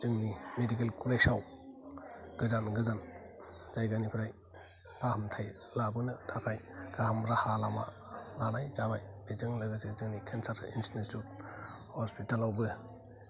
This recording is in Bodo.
जोंनि मेडिकेल कलेज आव गोजान गोजान जायगानिफ्राय फाहामथाय लाबोनो थाखाय गाहाम राहा लामा लानाय जाबाय बेजों लोगोसे जोंनि केन्सार इनसतिथुत हसपिताल आवबो